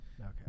Okay